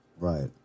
Right